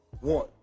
One